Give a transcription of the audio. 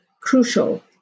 crucial